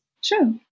Sure